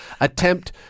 attempt